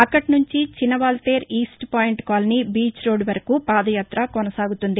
అక్కడి నుంచి Chinna Waltair east point colony beach road వరకు పాదయాత కొనసాగనుంది